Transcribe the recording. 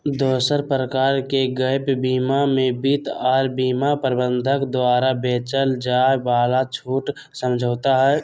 दोसर प्रकार के गैप बीमा मे वित्त आर बीमा प्रबंधक द्वारा बेचल जाय वाला छूट समझौता हय